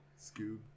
Scoob